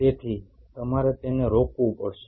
તેથી તમારે તેને રોકવું પડશે